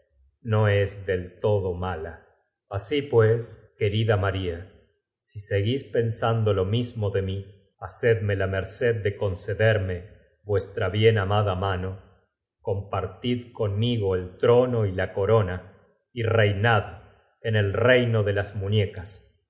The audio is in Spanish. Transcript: no es del todo mala asi pues los postres el amable muchach o partió querida maria si seguís pensando lo mismo de mi bacedme la merced de conce derme vuestra bien amada mano compartid conmigo el trono y la co rona y reinad en el rein o de las muiiecas